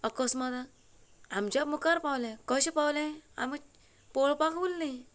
अकस्मात आमच्या मुखार पावलें कशें पावलें आमी पळोवपाक उरली